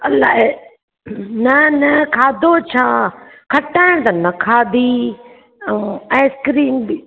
अलाए न न खाधो छा खटाइण त न खाधी ऐं आइसक्रीम बि